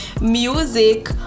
music